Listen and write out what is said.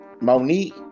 Monique